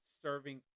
serving